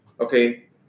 okay